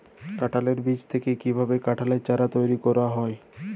কাঁঠালের বীজ থেকে কীভাবে কাঁঠালের চারা তৈরি করা হয়?